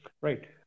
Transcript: right